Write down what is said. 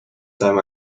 time